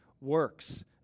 works